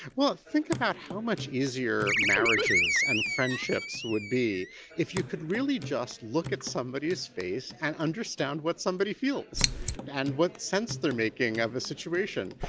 well, think about how much easier marriages and friendships would be if you could really just look at somebody's face and understand what somebody feels and what sense they are making of the situation.